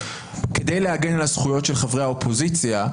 כדי להגן על הזכויות של חברי האופוזיציה,